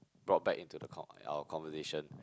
brought back into the con~ our conversation